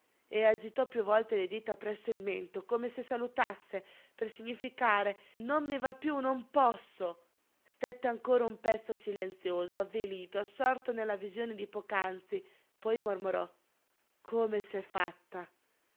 e agitò piú volte le dita presso il mento come se salutasse per significare non mi va piú non posso stette ancora un pezzo silenzioso avvilito assorto nella visione di poc'anzi poi mormorò come s'è fatta